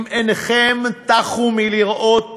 אם עיניכם טחו מלראות